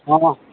ହଁ